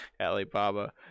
Alibaba